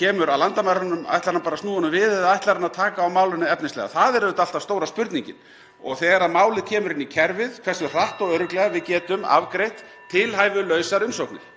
kemur að landamærunum. (Forseti hringir.) Ætlar hann bara að snúa honum við eða ætlar hann að taka á málinu efnislega? Það er auðvitað alltaf stóra spurningin. Og þegar málið (Forseti hringir.) kemur inn í kerfið, hversu hratt og örugglega við getum afgreitt tilhæfulausar umsóknir.